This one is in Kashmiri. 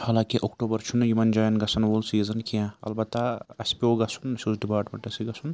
حالانکہِ اکٹوٗبر چھُنہٕ یِمَن جایَن گژھن وول سیٖزَن کینٛہہ البتہ اَسہِ پیٚو گژھُن اَسہِ اوس ڈِپاٹمٮ۪نٛٹَس سۭتۍ گژھُن